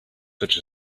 such